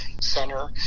Center